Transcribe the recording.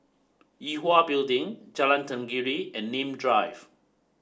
Yue Hwa Building Jalan Tenggiri and Nim Drive